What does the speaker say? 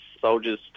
soldiers